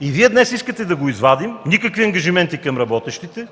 И Вие днес искате да го извадим, никакви ангажименти към работещите,